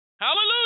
Hallelujah